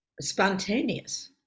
spontaneous